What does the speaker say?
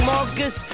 Marcus